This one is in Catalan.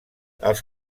els